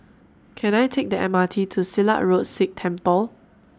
Can I Take The M R T to Silat Road Sikh Temple